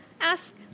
ask